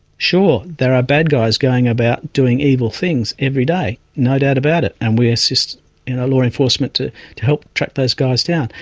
sure, there are bad guys going about doing evil things every day no doubt about it and we assist law enforcement to to help track those guys down.